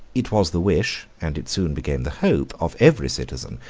it was the wish, and it soon became the hope, of every citizen,